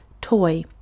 Toy